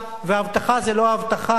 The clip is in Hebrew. והבטחה זה לא הבטחה,